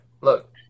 look